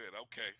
Okay